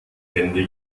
hände